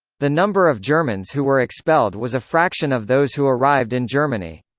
the number of germans who were expelled was a fraction of those who arrived in germany.